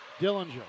Dillinger